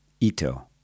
Ito